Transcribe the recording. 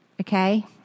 Okay